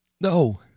No